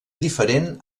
diferent